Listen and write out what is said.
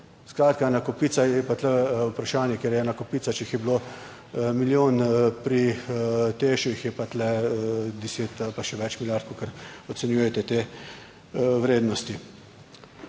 Skratka, ena kopica je pa tu vprašanje, ker je ena kopica, če jih je bilo milijon pri Tešu, jih je pa tu deset ali pa še več milijard, kolikor ocenjujete te vrednosti.